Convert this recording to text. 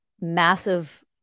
massive